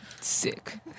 sick